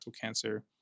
cancer